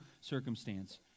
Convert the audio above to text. circumstance